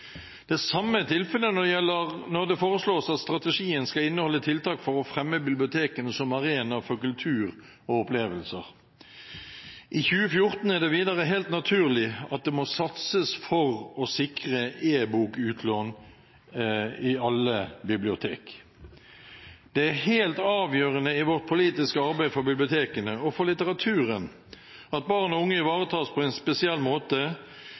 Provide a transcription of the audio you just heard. Det samme er tilfellet når det foreslås at strategien skal inneholde tiltak for å fremme bibliotekene som arena for kultur og opplevelser. I 2014 er det videre helt naturlig at det må satses på å sikre e-bokutlån i alle bibliotek. Det er helt avgjørende i vårt politiske arbeid for bibliotekene og for litteraturen at barn og unge ivaretas på en spesiell måte.